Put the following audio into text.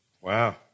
Wow